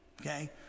Okay